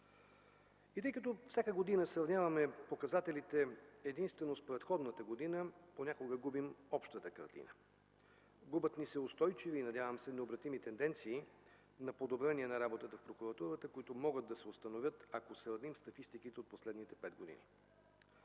Тъй като всяка година сравняваме показателите единствено с предходната година, понякога губим общата картина, губят ни се устойчиви и надявам се необратими тенденции на подобрение на работата в прокуратурата, които могат да се установят, ако сравним статистиките през последните пет години.